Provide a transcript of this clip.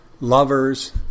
lovers